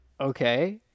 Okay